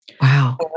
Wow